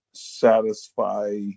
Satisfy